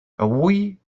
avui